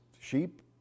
sheep